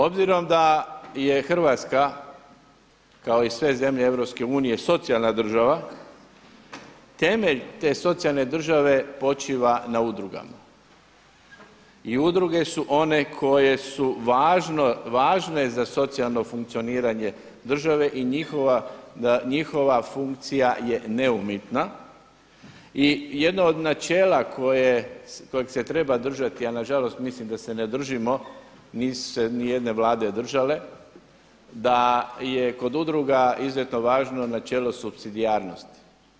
Obzirom da je Hrvatska kao i sve zemlje Europske unije socijalna država, temelj te socijalne države počiva na udrugama i udruge su one koje su važne za socijalno funkcioniranje države i njihova funkcija je … i jedno od načela kojeg se treba držati, a na žalost mislim da se ne držimo, nisu se ni jedne vlade držale, da je kod udruga izuzetno važno načelo supsidijarnosti.